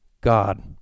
God